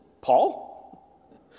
Paul